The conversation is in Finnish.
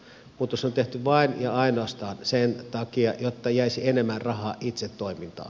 muutos on tehty vain ja ainoastaan sen takia että jäisi enemmän rahaa itse toimintaan